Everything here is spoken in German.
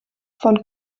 von